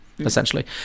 essentially